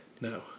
no